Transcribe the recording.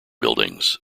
buildings